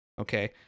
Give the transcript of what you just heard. okay